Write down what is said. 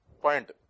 point